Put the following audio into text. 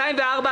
הפנייה אושרה.